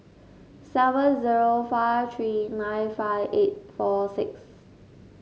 seven zero five three nine five eight six four six